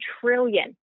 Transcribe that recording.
trillion